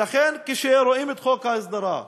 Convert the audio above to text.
ולכן, כשרואים את חוק ההסדרה,